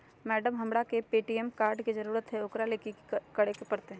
Madam, हमरा के ATM card के जरूरत है ऊकरा ले की की करे परते?